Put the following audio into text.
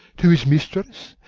to his mistress,